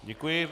Děkuji.